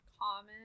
Common